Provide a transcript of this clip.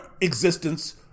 existence